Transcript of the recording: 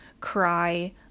cry